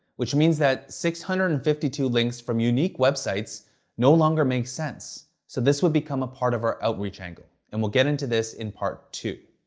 which means that six hundred and fifty two links from unique websites no longer make sense, so this would become a part of our outreach angle, and we'll get into this in part two.